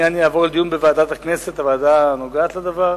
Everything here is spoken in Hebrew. אני מציע שהעניין יעבור לדיון בוועדת הכנסת הנוגעת בדבר.